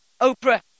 Oprah